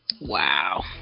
Wow